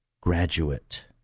graduate